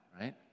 right